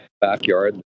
backyard